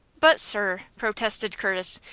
but, sir, protested curtis,